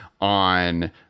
on